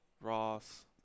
Ross